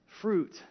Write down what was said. fruit